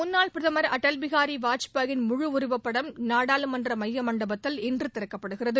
முன்னாள் பிரதமா் அடல் பிகாரி வாஜ்பாயின் முழு உருவப்படம் நாடாளுமன்ற மைய மண்டபத்தில் இன்று திறக்கப்படுகிறது